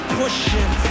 pushing